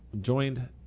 joined